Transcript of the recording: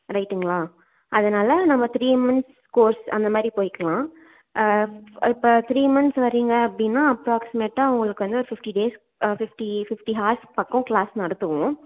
ரைட்டுங்களா அதனால் நம்ம த்ரீ மந்த்ஸ் கோர்ஸ் அந்த மாதிரி போய்க்கலாம் இப்போ த்ரீ மந்த்ஸ் வரிங்க அப்படினா அப்ராக்ஸிமேட்டாக உங்களுக்கு வந்து fifty days fifty sixty hours பக்க கிளாஸ் நடத்துவோம்